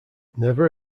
never